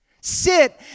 sit